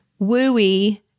wooey